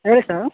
ಹೇಳಿ ಸ